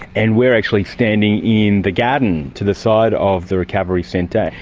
and we are actually standing in the garden to the side of the recovery centre.